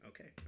Okay